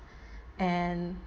and